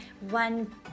one